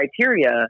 criteria